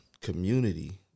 community